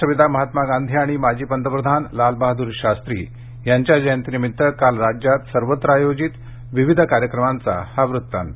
राष्ट्रपिता महात्मा गांधी आणि माजी पंतप्रधान लाल बहादूर शास्त्री यांच्या जयंतीनिमित्त काल राज्यात सर्वत्र आयोजित विविध कार्यक्रमांचा हा वृत्तांत